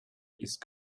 ist